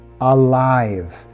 alive